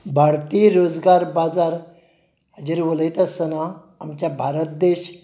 भारतीय रोजगार बाजार हाजेर उलयता आसतना आमच्या भारत देश